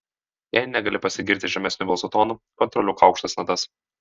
jei negali pasigirti žemesniu balso tonu kontroliuok aukštas natas